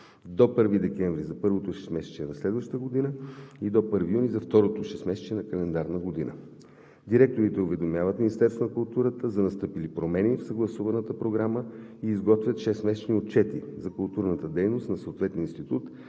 до 1 декември за първото 6-месечие на следващата година и до 1 юни за второто 6-месечие на календарната година. Директорите уведомяват Министерството на културата за настъпили промени в съгласуваната програма и изготвят 6-месечни отчети за културната дейност на съответния институт,